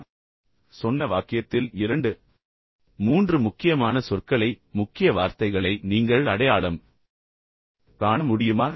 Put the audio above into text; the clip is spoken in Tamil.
நீங்கள் ஒரு வாக்கியத்தில் என்னிடம் சொல்கிறீர்கள் பின்னர் நான் உங்களுக்குச் சொல்கிறேன் வாக்கியத்தில் இரண்டு மூன்று முக்கியமான சொற்களை முக்கிய வார்த்தைகளை நீங்கள் அடையாளம் காண முடியுமா